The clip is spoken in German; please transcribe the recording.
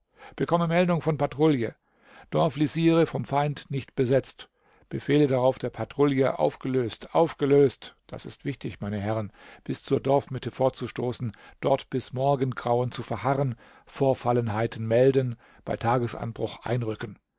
bekomme meldung von patrouille dorflisiere vom feinde nicht besetzt befehle darauf der patrouille aufgelöst aufgelöst das ist wichtig meine herren bis zur dorfmitte vorzustoßen dort bis morgengrauen zu verharren vorfallenheiten melden bei tagesanbruch einrücken